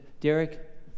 Derek